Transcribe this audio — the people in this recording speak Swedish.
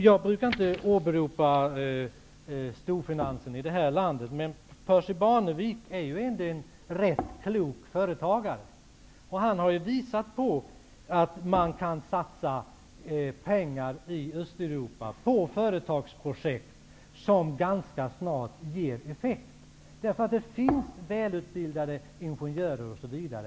Jag brukar inte åberopa storfinansen i vårt land, men Percy Barnevik är ändå en rätt klok företagare. Han har visat att man kan satsa pengar i Östeuropa på företagsprojekt som ganska snart ger effekt, eftersom det där finns välutbildade ingenjörer osv.